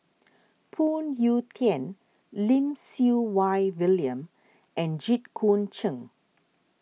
Phoon Yew Tien Lim Siew Wai William and Jit Koon Ch'ng